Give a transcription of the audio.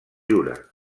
jura